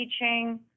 teaching